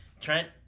Trent